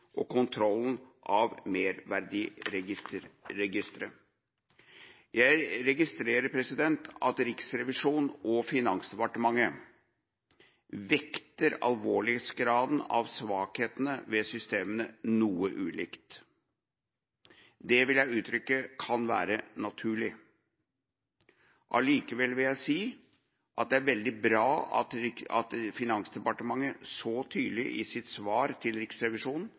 og kontrollen av merverdiavgiftsregisteret. Jeg registrerer at Riksrevisjonen og Finansdepartementet vekter alvorlighetsgraden av svakhetene ved systemene noe ulikt. Jeg vil uttrykke at det kan være naturlig. Allikevel vil jeg si at det er veldig bra at Finansdepartementet så tydelig i sitt svar til Riksrevisjonen